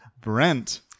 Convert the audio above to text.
Brent